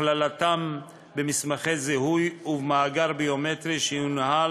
הכללתם במסמכי זיהוי ובמאגר ביומטרי שינוהל